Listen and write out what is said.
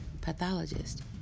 pathologist